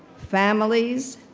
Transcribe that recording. families,